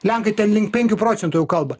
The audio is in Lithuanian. lenkai ten link penkių procentų jau kalba